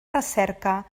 recerca